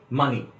money